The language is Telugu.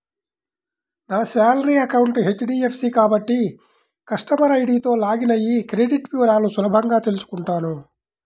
నా శాలరీ అకౌంట్ హెచ్.డి.ఎఫ్.సి కాబట్టి కస్టమర్ ఐడీతో లాగిన్ అయ్యి క్రెడిట్ వివరాలను సులభంగా తెల్సుకుంటాను